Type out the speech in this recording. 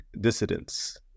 dissidents